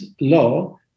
law